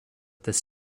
this